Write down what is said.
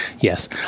Yes